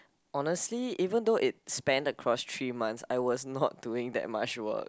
honestly even though it spanned across three months I was not doing that much work